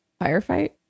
Firefight